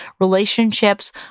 relationships